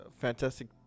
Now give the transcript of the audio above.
Fantastic